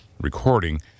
recording